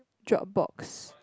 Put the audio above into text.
Dropbox